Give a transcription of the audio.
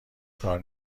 کار